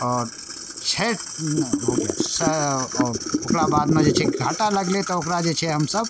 आओर छठि हो आओर ओकरा बादमे जे छै घाटा लागलै तऽ ओकरा जे छै हमसब